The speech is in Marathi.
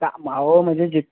ता मावो म्हणजे जित